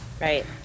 right